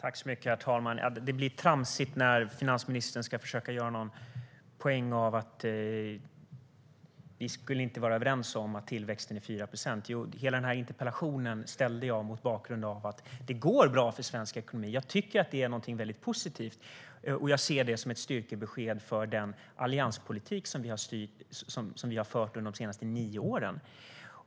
Herr talman! Det blir tramsigt när finansministern försöker göra en poäng av att vi inte skulle vara överens om att tillväxten ligger på 4 procent. Jag ställde den här interpellationen mot bakgrund av att det går bra för svensk ekonomi. Jag tycker att det är positivt, och jag ser det som ett styrkebesked för den allianspolitik som vi har fört under de senaste nio åren.